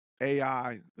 AI